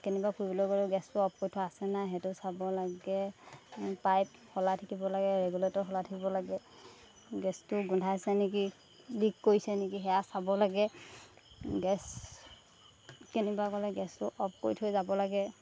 কেনিবা ফুৰিবলৈ গ'লেও গেছটো অফ কৰি থোৱা আছে নাই সেইটো চাব লাগে পাইপ শলাই থাকিব লাগে ৰেগুলেটাৰ সলাই থাকিব লাগে গেছটো গোন্ধাইছে নেকি লিক কৰিছে নেকি সেয়া চাব লাগে গেছ কেনিবা গ'লে গেছটো অফ কৰি থৈ যাব লাগে